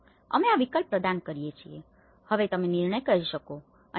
હા અમે આ વિકલ્પ પ્રદાન કરીએ છીએ અને હવે તમે નિર્ણય કરી શકો છો